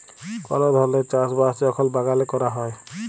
call ধরলের চাষ বাস যখল বাগালে ক্যরা হ্যয়